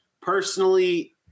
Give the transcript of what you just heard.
personally